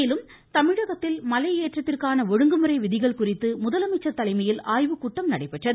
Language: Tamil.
மேலும் தமிழகத்தில் மலையேற்றத்திற்கான ஒழுங்குமுறை விதிகள் குறித்து முதலமைச்சர் தலைமையில் ஆய்வுக்கூட்டம் நடைபெற்றது